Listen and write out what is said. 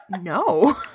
No